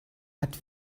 hat